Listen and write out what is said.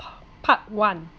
part one